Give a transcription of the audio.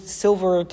silver